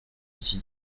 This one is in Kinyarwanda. iki